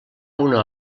una